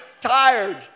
tired